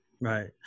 Right